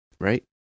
right